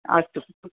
अस्तु